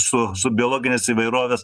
su su biologinės įvairovės